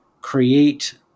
create